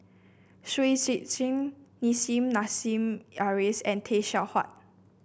Shui Tit Sing Nissim Nassim Adis and Tay Seow Huah